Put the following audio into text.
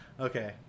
Okay